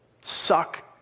suck